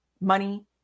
money